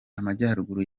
amajyaruguru